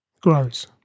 grows